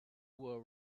were